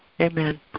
Amen